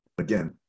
again